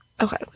Okay